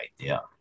idea